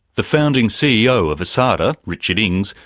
the founding ceo of asada, richard ings,